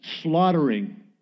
slaughtering